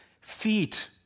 feet